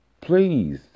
please